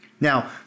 Now